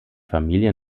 familie